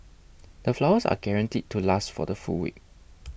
the flowers are guaranteed to last for the full week